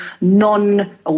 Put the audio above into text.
non